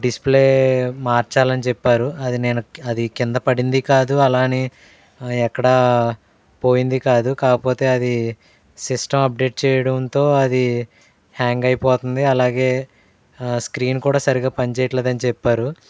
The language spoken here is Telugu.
డిస్ప్లే మార్చాలని చెప్పారు అది నేను అది క్రింద పడింది కాదు అలా అని ఎక్కడా పోయింది కాదు కాకపోతే అది సిస్టమ్ అప్డేట్ చేయడంతో అది హ్యాంగ్ అయిపోతుంది అలాగే స్క్రీన్ కూడా సరిగ్గా పనిచేయట్లేదు అని చెప్పారు